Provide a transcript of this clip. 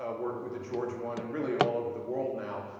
ah worked with the georgia one and really all over the world now.